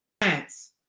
plants